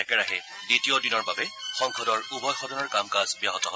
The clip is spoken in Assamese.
একেৰাহে দ্বিতীয় দিনৰ বাবে সংসদৰ উভয় সদনৰ কাম কাজ ব্যাহত হয়